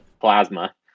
plasma